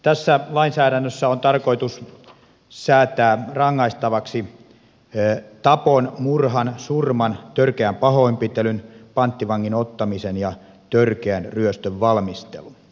tässä lainsäädännössä on tarkoitus säätää rangaistavaksi tapon murhan surman törkeän pahoinpitelyn panttivangin ottamisen ja törkeän ryöstön valmistelu